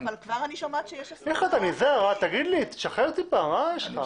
שחרר קצת.